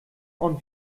und